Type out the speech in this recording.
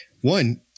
One